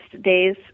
days